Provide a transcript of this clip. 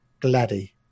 Gladdy